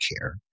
care